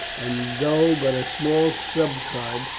and though but a small subtribe,